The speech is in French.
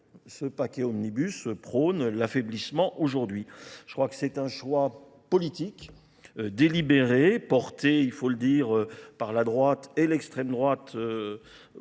Ce paquet Omnibus prône l'affaiblissement aujourd'hui. Je crois que c'est un choix politique, délibéré, porté, il faut le dire, par la droite et l'extrême droite